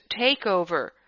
takeover